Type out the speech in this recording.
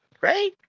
right